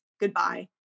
goodbye